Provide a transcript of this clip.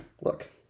look